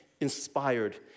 inspired